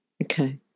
Okay